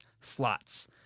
slots